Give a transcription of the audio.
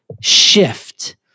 shift